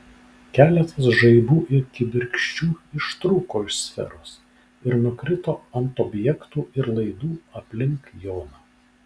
keletas žaibų ir kibirkščių ištrūko iš sferos ir nukrito ant objektų ir laidų aplink joną